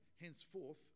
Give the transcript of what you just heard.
henceforth